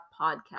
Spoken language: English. podcast